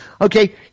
okay